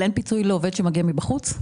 אין פיצוי לעובד שמגיע מבחוץ?